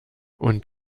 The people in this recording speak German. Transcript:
und